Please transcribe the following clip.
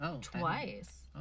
twice